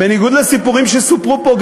ובניגוד לסיפורים שסופרו פה,